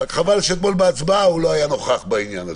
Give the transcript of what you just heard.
רק חבל שאתמול בהצבעה הוא לא היה נוכח בעניין הזה.